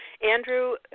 Andrew